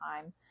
time